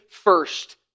first